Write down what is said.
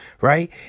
right